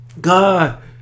God